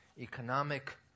economic